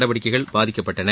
நடவடிக்கைகள் பாதிக்கப்பட்டன